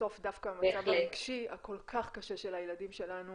בסוף דווקא המצב הרגשי הכל כך קשה של הילדים שלנו